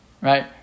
right